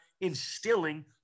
instilling